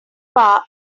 bar